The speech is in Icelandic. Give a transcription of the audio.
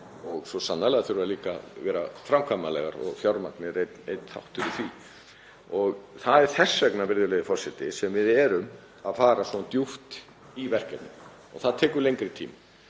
Svo sannarlega þurfa þær líka að vera framkvæmanlegar og fjármagnið er einn þáttur í því. Það er þess vegna, virðulegur forseti, sem við erum að fara svona djúpt í verkefnin og það tekur lengri tíma.